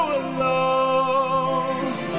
alone